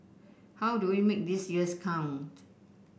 how do we make these years count